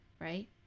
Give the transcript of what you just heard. right